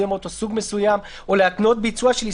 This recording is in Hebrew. אם אתה משלם במזומן אז משלם במזומן,